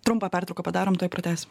trumpą pertrauką padarom tuoj pratęsim